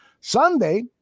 Sunday